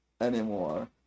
anymore